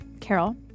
Carol